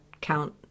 count